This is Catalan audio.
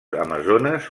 amazones